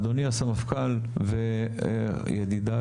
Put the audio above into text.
אדוני הסמפכ"ל וידידיי,